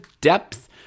depth